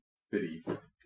cities